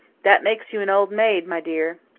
that makes you an old maid, my dear.